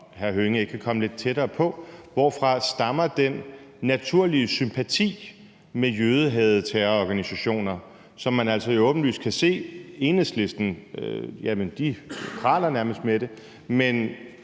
Hønge ikke vil komme lidt tættere ind på spørgsmålet: Hvorfra stammer den naturlige sympati med jødehadeterrororganisationer, som man jo altså åbenlyst kan se at Enhedslisten nærmest praler